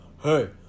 Hey